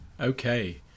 okay